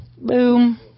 boom